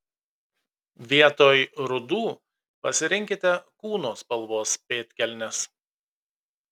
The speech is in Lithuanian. vietoj rudų pasirinkite kūno spalvos pėdkelnes